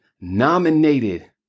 nominated